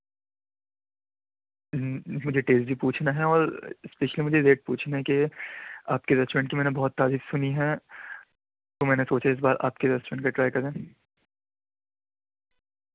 مجھے ٹیس بھی پوچھنا ہے اور اسپیشلی مجھے ریٹ پوچھنا ہے کہ آپ کے ریسٹورینٹ کی میں نے بہت تعاریف سنی ہے تو میں نے سوچا اس بار آپ کے ریسٹورینٹ کا ٹرائی کریں